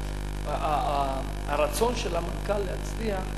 הרצון של המנכ"ל להצליח,